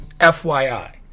FYI